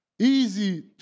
Easy